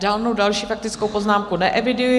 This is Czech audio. Žádnou další faktickou poznámku neeviduji.